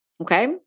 Okay